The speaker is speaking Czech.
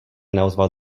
neozval